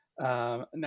Now